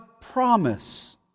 promise